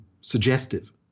suggestive